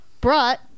brought